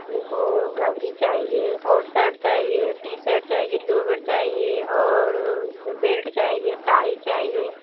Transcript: उनको घघरी चाहिए और शर्ट चाहिए टी शर्ट चाहिए लोअर चाहिए और बेल्ट चाहिए टाइ चाहिए